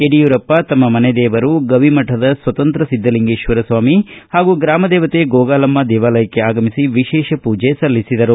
ಯಡಿಯೂರಪ್ಪ ತಮ್ಮ ಮನೆ ದೇವರು ಗವಿಮಠದ ಸ್ವತಂತ್ರ ಸಿದ್ದಲಿಂಗೇಶ್ವರ ಸ್ವಾಮಿ ಹಾಗೂ ಗ್ರಾಮದೇವತೆ ಗೋಗಾಲಮ್ಮ ದೇವಾಲಯಕ್ಕೆ ಆಗಮಿಸಿ ವಿಶೇಷ ಪೂಜೆ ಸಲ್ಲಿಸಿದರು